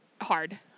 hard